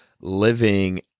living